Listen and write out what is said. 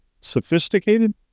sophisticated